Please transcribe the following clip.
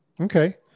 Okay